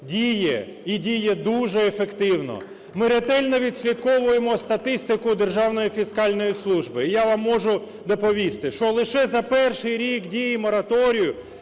діє і діє дуже ефективно. Ми ретельно відслідковуємо статистику Державної фіскальної служби. І я вам можу доповісти, що лише за перший рік дії мораторію